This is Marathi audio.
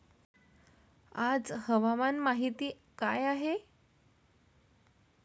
आज हवामान माहिती काय आहे?